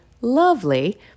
lovely